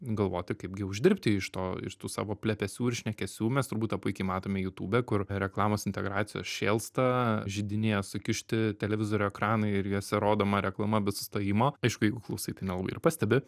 galvoti kaip gi uždirbti iš to iš tų savo plepesių ir šnekėsių mes turbūt tą puikiai matome youtube kur reklamos integracijos šėlsta židinyje sukišti televizorių ekranai ir juose rodoma reklama be sustojimo aišku jeigu klausai tai nelabai ir pastebi